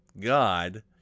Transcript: God